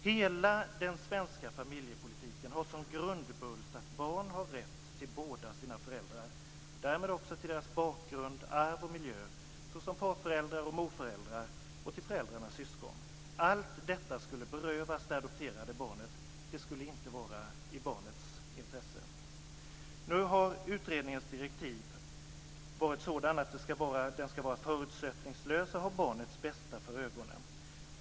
Hela den svenska familjepolitiken har som grundbult att barn har rätt till båda sina föräldrar, och därmed också till deras bakgrund, arv och miljö såsom farföräldrar och morföräldrar och föräldrarnas syskon. Allt detta skulle berövas det adopterade barnet. Det skulle inte vara i barnets intresse. Nu har utredningens direktiv varit sådana att den ska vara förutsättningslös och ha barnets bästa för ögonen.